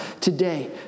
today